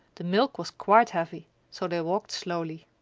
the milk was quite heavy, so they walked slowly.